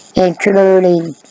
Including